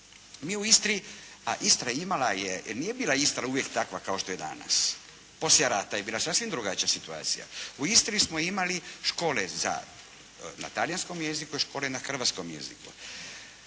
Mi u Istri, Istra imala je, nije bila Istra uvijek takva kao što je danas. Poslije rata je bila sasvim drugačija situacija. U Istri smo imali škole na talijanskom jeziku, škole na hrvatskom jeziku.